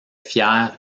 fière